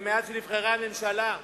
מאז נבחרה הממשלה,